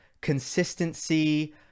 consistency